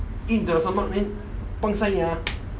eat into your stomach then pangsai nia